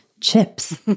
chips